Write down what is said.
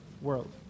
world